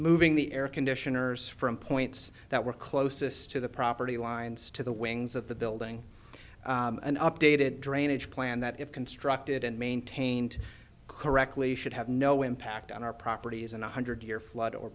moving the air conditioners from points that were closest to the property lines to the wings of the building and updated drainage plan that if constructed and maintained correctly should have no impact on our properties in one hundred year flood or